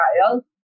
trial